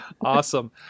awesome